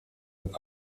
und